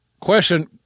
Question